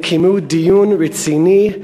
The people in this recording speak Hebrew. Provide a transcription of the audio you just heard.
הם קיימו דיון רציני,